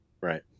Right